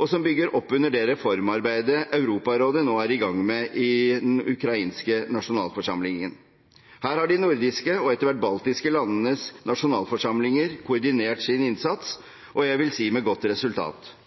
og som bygger opp under det reformarbeidet Europarådet nå er i gang med i den ukrainske nasjonalforsamlingen. Her har de nordiske – etter hvert også de baltiske – landenes nasjonalforsamlinger koordinert sin innsats, og jeg vil si med godt resultat.